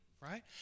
right